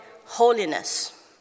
holiness